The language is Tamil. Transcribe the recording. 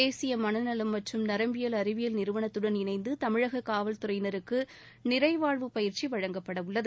தேசிய மனநலம் மற்றும் நரம்பியல் அறிவியல் நிறுவனத்துடன் இணைந்து தமிழகக் காவல்துறையினருக்கு நிறைவாழ்வு பயிற்சி வழங்கப்பட உள்ளது